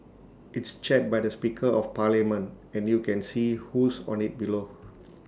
it's chaired by the speaker of parliament and you can see who's on IT below